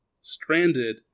stranded